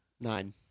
Nine